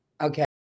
Okay